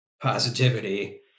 positivity